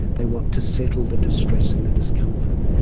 they want to settle the distress and the discomfort.